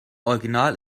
original